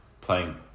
playing